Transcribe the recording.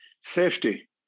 safety